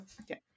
okay